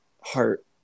heart